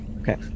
Okay